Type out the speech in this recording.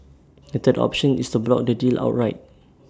A third option is to block the deal outright